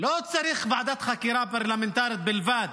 לא צריך ועדת חקירה פרלמנטרית בלבד